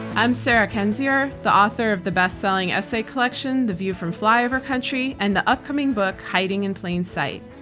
i'm sarah kendzior the author of the bestselling essay collection, the view from flyover country and the upcoming book hiding in plain sight.